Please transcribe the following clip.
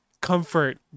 comfort